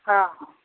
ହଁ ହଁ